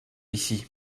ici